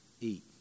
eat